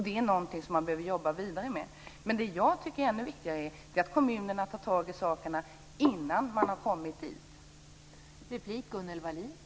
Det här är något som man behöver jobba vidare med. Men vad jag tycker är ännu viktigare är att kommunerna tar tag i de här sakerna innan man kommit så långt.